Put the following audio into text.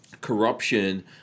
corruption